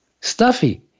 stuffy